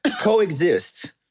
coexist